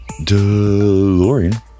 DeLorean